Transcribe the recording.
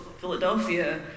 Philadelphia